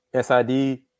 SID